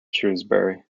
shrewsbury